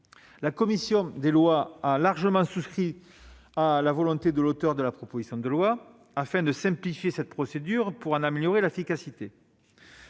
La commission des lois a largement souscrit à la volonté des auteurs de la proposition de loi de simplifier cette procédure pour en améliorer l'efficacité.